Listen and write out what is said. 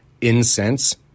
incense